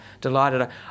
delighted